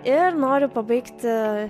ir noriu pabaigti